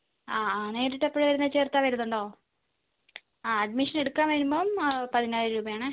ആ ആ നേരിട്ട് എപ്പോഴാണ് വരുന്നത് ചേർക്കാൻ വരുന്നുണ്ടോ ആ അഡ്മിഷൻ എടുക്കാൻ വരുമ്പം പതിനായിരം രൂപയാണേ